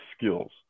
skills